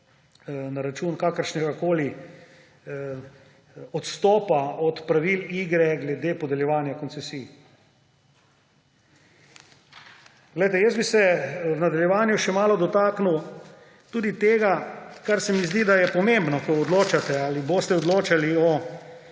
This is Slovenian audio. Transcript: na račun kakršnegakoli odstopa od pravil igre glede podeljevanja koncesij. Jaz bi se v nadaljevanju še malo dotaknil tudi tega, kar se mi zdi, da je pomembno, ko odločate ali boste odločali o